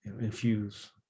infuse